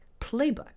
Playbook